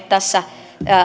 tässä